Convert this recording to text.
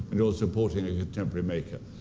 and you're supporting a contemporary maker.